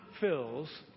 fills